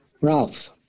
ralph